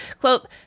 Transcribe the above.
Quote